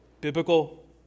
biblical